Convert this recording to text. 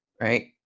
right